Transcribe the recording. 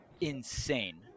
insane